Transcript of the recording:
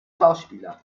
schauspieler